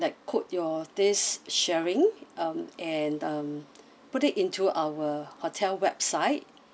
like quote your this sharing um and um put it into our hotel website